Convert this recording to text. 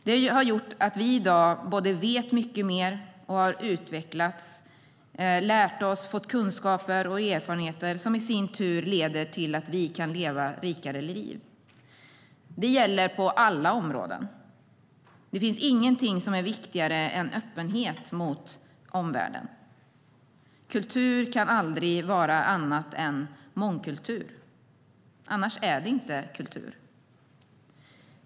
Det har gjort att vi i dag vet mycket mer och har utvecklats, lärt oss och fått kunskaper och erfarenheter som i sin tur leder till att vi kan leva rikare liv. Det gäller på alla områden. Det finns ingenting som är viktigare än öppenhet mot omvärlden. Kultur kan aldrig vara annat än mångkultur. Annars är det inte kultur.